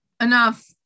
enough